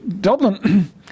Dublin